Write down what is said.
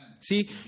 See